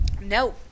no